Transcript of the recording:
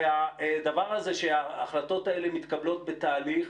והדבר הזה שההחלטות האלה מתקבלות בתהליך,